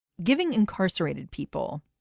giving incarcerated people,